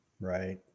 Right